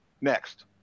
next